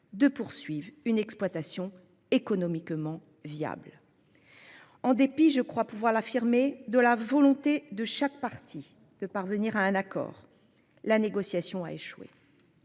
de poursuivent une exploitation économiquement viable. En dépit je crois pouvoir l'affirmer de la volonté de chaque partie de parvenir à un accord, la négociation a échoué.